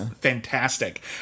fantastic